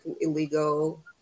illegal